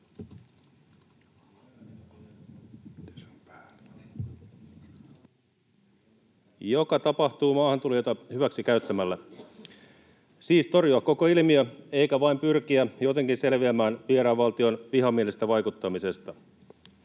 joka tapahtuu maahantulijoita hyväksikäyttämällä, siis torjua koko ilmiö eikä vain pyrkiä jotenkin selviämään vieraan valtion vihamielisestä vaikuttamisesta.